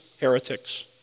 heretics